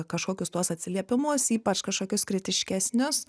kažkokius tuos atsiliepimus ypač kažkokius kritiškesnius